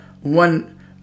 one